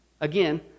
Again